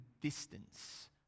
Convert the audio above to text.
distance